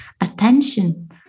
attention